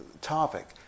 topic